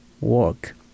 work